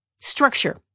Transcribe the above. structure